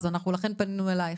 לכן פנינו אלייך.